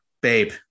babe